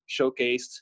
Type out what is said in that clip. showcased